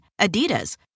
Adidas